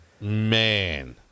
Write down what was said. Man